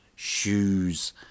shoes